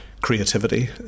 creativity